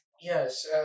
Yes